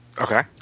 Okay